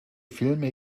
filme